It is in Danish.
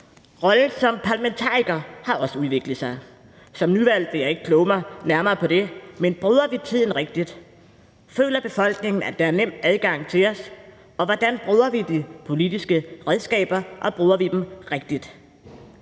Rollen som parlamentariker har også udviklet sig. Som nyvalgt vil jeg ikke kloge mig nærmere på det, men bruger vi tiden rigtigt? Føler befolkningen, at der er nem adgang til os? Og hvordan bruger vi de politiske redskaber, og bruger vi dem rigtigt?